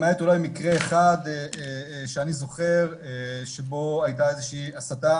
למעט מקרה אחד שאני זוכר שבו הייתה הסתה